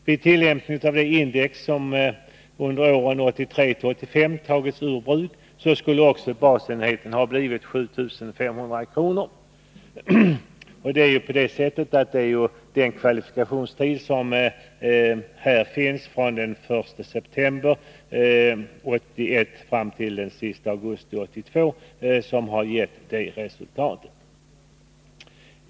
Vid tillämpning av det index som under åren 1983-1985 tas ur bruk skulle basenheten ha blivit 7 500 kr. Det har blivit resultatet med utgångspunkt i kvalifikationstiden den 1 september 1981-den 31 augusti 1982.